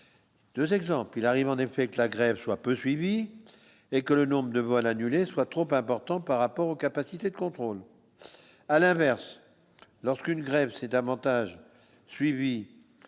2 exemples : il arrive en effet que la grève soit peu suivie et que le nombre de vols annulés, soit trop important par rapport aux capacités de contrôle à l'inverse, lorsqu'une grève c'est davantage suivi